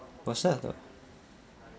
personal letter